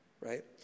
right